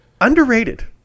underrated